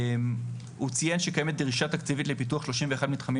הוא ציין שקיימת דרישה תקציבית לפיתוח 31 מתחמים